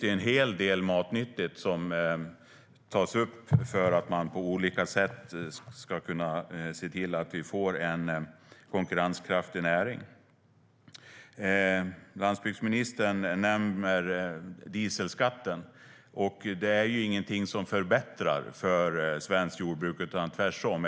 Här tas en hel del matnyttigt upp när det gäller hur man på olika sätt ska kunna se till att vi får en konkurrenskraftig näring. Landsbygdsministern nämnde dieselskatten. Det är inte något som förbättrar för svenskt jordbruk, tvärtom.